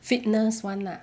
fitness [one] lah